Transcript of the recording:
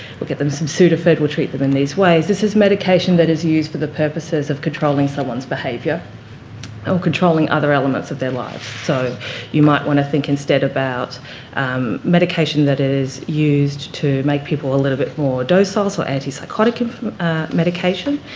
we get them some sudafed, we treat them in these ways. this is medication that is used for the purposes of controlling someone's behaviour or controlling other elements of their lives. so you might want to think instead about um medication that is used to make people a little bit more docile, so antipsychotic ah medication,